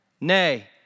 Nay